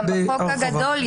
גם בחוק הגדול,